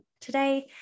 today